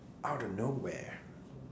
out of nowhere